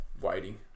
Waiting